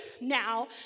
now